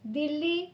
Delhi